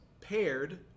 paired